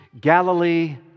Galilee